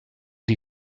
die